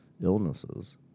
illnesses